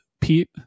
Pete